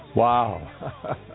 Wow